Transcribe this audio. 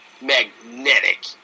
magnetic